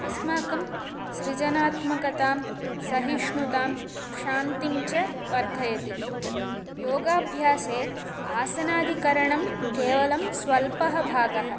अस्माकं सृजनात्मकतां सहिष्णुतां क्षान्तिम् च वर्धयति योगाभ्यासे आसनादिकरणं केवलं स्वल्पः भागः